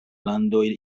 landoj